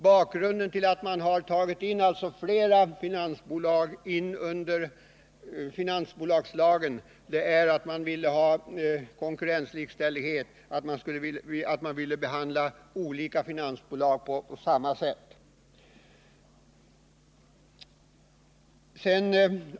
Bakgrunden till att fler finansbolag har tagits in under finansbolagslagen är strävan efter konkurrenslikställighet — olika finansbolag skall behandlas på samma sätt.